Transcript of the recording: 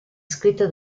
scritte